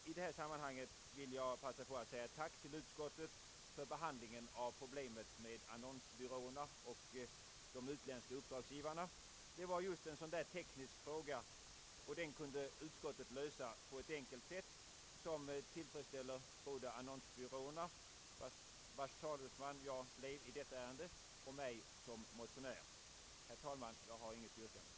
I detta sammanhang vill jag passa på att tacka utskottet för behandlingen av problemet med annonsbyråerna och de utländska uppdragsgivarna. Det var just en teknisk fråga, och den kunde utskottet lösa på ett enkelt sätt som tillfredsställer både annonsbyråerna, vilkas talesman jag blev i detta ärende, och mig som motionär. Herr talman! Jag har intet yrkande.